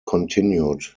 continued